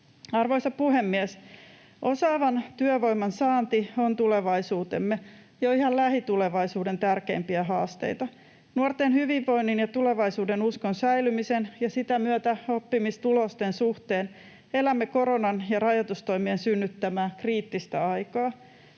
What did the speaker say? Arvoisa puhemies! Osaavan työvoiman saanti on tulevaisuutemme — jo ihan lähitulevaisuuden — tärkeimpiä haasteita. Nuorten hyvinvoinnin ja tulevaisuudenuskon säilymisen ja sitä myötä oppimistulosten suhteen elämme koronan ja rajoitustoimien synnyttämää kriittistä aikaa.